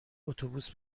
اتوبوس